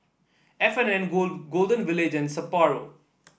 F and N Go Golden Village and Sapporo